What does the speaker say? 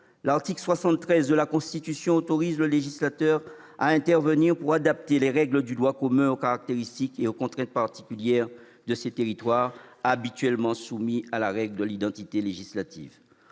l'article 73 de la Constitution autorise le législateur à intervenir pour adapter les règles de droit commun aux caractéristiques et aux contraintes particulières de ces territoires, habituellement soumis à la règle de l'identité législative.